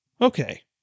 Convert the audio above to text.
Okay